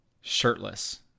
shirtless